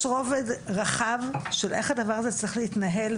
יש רובד רחב של איך הדבר הזה צריך להתנהל,